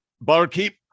Barkeep